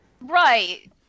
Right